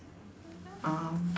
um